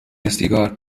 سیگار